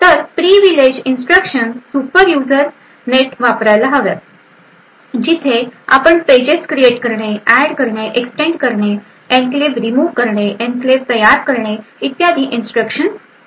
तर privilege instructions super user net वापरायला हव्यात जिथे आपणास पेजेस क्रियेट करणे एड करणे एक्सटेंड करणे एन्क्लेव्ह रिमूव करणे आणि एन्क्लेव्ह तयार करणे इत्यादी इन्स्ट्रक्शन्स आहेत